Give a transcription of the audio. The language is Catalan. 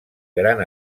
gran